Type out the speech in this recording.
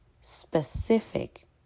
specific